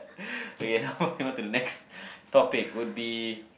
okay now moving onto the next topic would be